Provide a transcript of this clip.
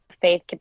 faith